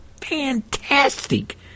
fantastic